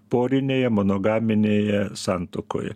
porinėje monogaminėje santuokoje